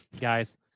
guys